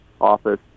office